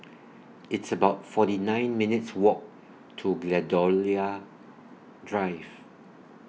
It's about forty nine minutes' Walk to Gladiola Drive